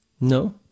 No